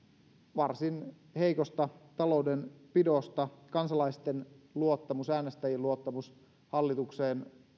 varsin heikosta taloudenpidosta kansalaisten luottamus äänestäjien luottamus hallitukseen